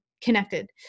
connected